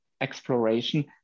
exploration